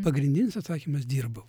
pagrindinis atsakymas dirbau